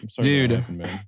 Dude